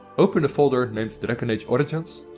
open the folder named dragon age origins.